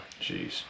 Jeez